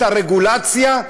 את הרגולציה,